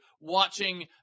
watching